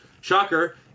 shocker